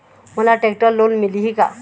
मोला tractor loan मिलही का?